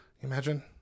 Imagine